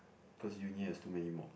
cause uni has too many mod